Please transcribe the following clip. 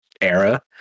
era